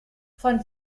von